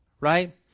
Right